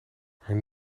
haar